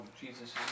Jesus